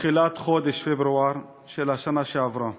תחילת חודש פברואר של השנה שעברה,